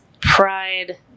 pride